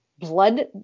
blood